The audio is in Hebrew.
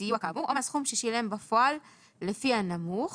הסיוע כאמור או מהסכום ששילם בפועל לפי הנמוך